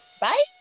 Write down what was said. Bye